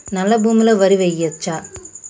నల్లా భూమి లో వరి వేయచ్చా?